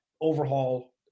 overhaul